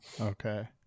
okay